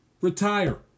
Retire